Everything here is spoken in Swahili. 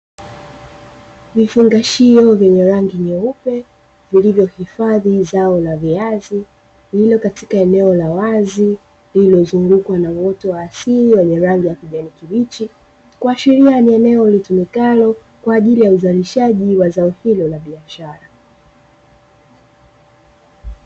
Vifungashio vyenye rangi nyeupe vilivyohifadhi zao la viazi vilivyo katika eneo la wazi lililozungukwa na uoto wa asili wenye rangi ya kijani kibichi kuashiria kuwa ni eneo litumikalo kwa ajili ya uzalishaji wa zao hilo la biashara.